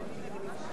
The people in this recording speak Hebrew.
חברי הכנסת,